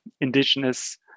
Indigenous